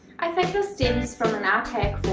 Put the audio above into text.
i think this stems from an archaic